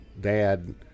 dad